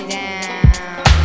down